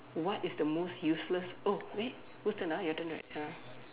what is the most useless oh wait whose turn ah your turn right ya